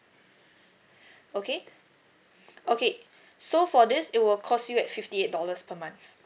okay okay so for this it will cost you at fifty eight dollars per month